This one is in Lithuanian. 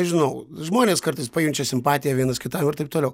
nežinau žmonės kartais pajaučia simpatiją vienas kitam ir taip toliau